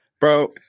Bro